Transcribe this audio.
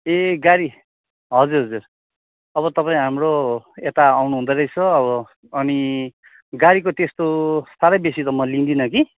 ए गाडी हजुर हजुर अब तपाईँ हाम्रो यता आउनु हुँदैरहेछ अब अनि गाडीको त्यस्तो साह्रै बेसी म लिदिनँ कि